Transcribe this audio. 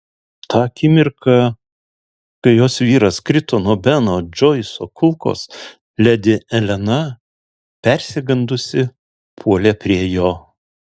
tą akimirką kai jos vyras krito nuo beno džoiso kulkos ledi elena persigandusi puolė prie jo